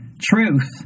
Truth